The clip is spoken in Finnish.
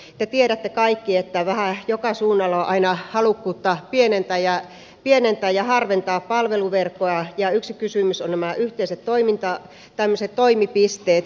te tiedätte kaikki että vähän joka suunnalla on aina halukkuutta pienentää ja harventaa palveluverkkoa ja yksi kysymys on nämä toimipisteet